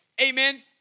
amen